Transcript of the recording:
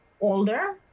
older